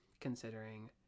considering